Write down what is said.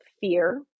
fear